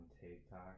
TikTok